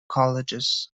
colleges